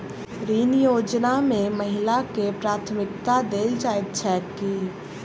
ऋण योजना मे महिलाकेँ प्राथमिकता देल जाइत छैक की?